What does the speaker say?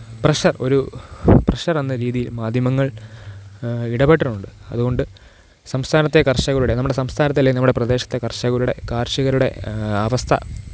pressure ഒരു pressure എന്നൊരു രീതിയില് മാധ്യമങ്ങള് ഇടപെട്ടിട്ടുണ്ട് അതുകൊണ്ട് സംസ്ഥാനത്തെ കര്ഷകരുടെ നമ്മുടെ സംസ്ഥാനത്തെ അല്ലെങ്കിൽ നമ്മുടെ പ്രദേശത്തെ കര്ഷകരുടെ കാര്ഷികരുടെ അവസ്ഥ